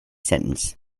sentence